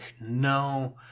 no